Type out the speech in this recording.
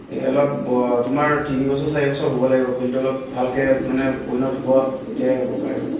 এই অলপ ব তোমাৰ তিনিবছৰ চাৰিবছৰ হ'ব লাগিব পুলিটো অলপ ভালকৈ মানে পৈণত হ'ব আৰু তেতিয়াহে হ'ব পাৰিব